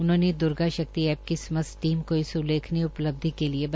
उन्होंने द्र्गा शक्ति ऐप की समस्त टीम को इस उल्लेखनीय उपलब्धि के लिए बधाई दी